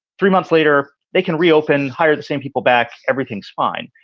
three months later, they can reopen, hire the same people back. everything's fine.